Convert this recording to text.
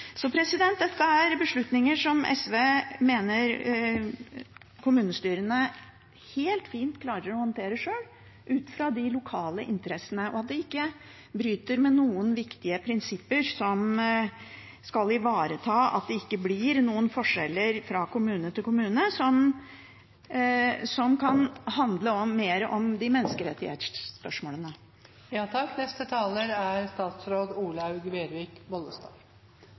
Dette er beslutninger som SV mener at kommunestyrene helt fint klarer å håndtere sjøl ut fra de lokale interessene, og som ikke bryter med viktige prinsipper som skal ivareta at det ikke blir noen forskjeller fra kommune til kommune, som kan handle mer om